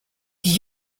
die